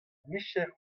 micher